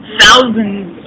thousands